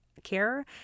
care